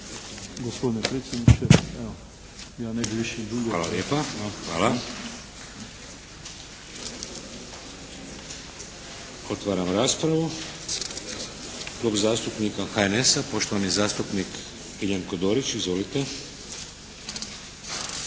(HDZ)** Hvala. Otvaram raspravu. Klub zastupnika HNS-a poštovani zastupnik Miljenko Dorić. Izvolite.